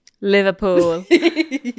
Liverpool